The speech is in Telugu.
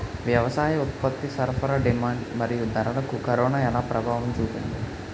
వ్యవసాయ ఉత్పత్తి సరఫరా డిమాండ్ మరియు ధరలకు కరోనా ఎలా ప్రభావం చూపింది